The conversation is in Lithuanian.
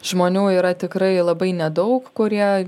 žmonių yra tikrai labai nedaug kurie